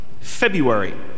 February